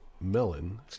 Melon